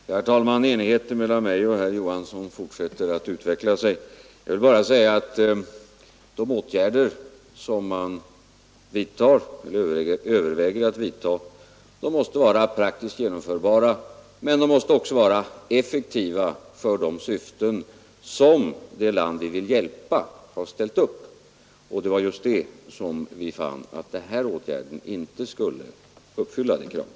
Herr talman! Enigheten mellan mig och herr Olof Johansson fortsätter att utveckla sig. De åtgärder som man överväger att vidta måste vara praktiskt genomförbara, men de måste också vara effektiva för de syften som det land vi vill hjälpa har ställt upp. Vi fann just att denna åtgärd inte skulle uppfylla det kravet.